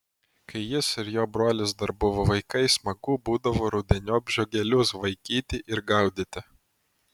kai jis ir jo brolis dar buvo vaikai smagu būdavo rudeniop žiogelius vaikyti ir gaudyti